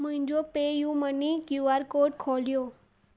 मुंहिजो PayUMoney QR code खोलियो